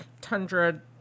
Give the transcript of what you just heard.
tundra